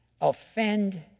offend